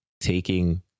taking